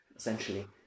Essentially